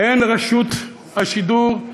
אין רשות השידור,